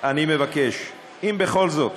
אני מבקש, אם בכל זאת